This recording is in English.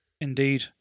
Indeed